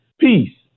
peace